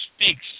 speaks